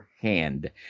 hand